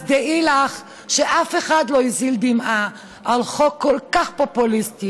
אז דעי לך שאף אחד לא הזיל דמעה על חוק כל כך פופוליסטי,